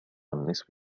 النصف